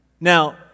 Now